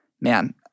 man